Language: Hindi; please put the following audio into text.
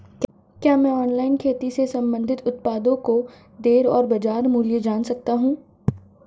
क्या मैं ऑनलाइन खेती से संबंधित उत्पादों की दरें और बाज़ार मूल्य जान सकता हूँ?